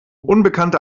unbekannte